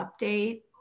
update